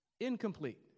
incomplete